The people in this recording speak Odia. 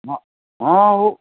ହଁ ହଁ ଓ